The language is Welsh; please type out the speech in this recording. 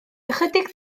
ychydig